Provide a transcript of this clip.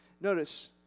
Notice